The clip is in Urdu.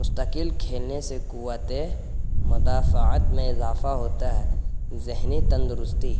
مستقل کھیلنے سے قوت مدافعت میں اضافہ ہوتا ہے ذہنی تندرستی